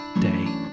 day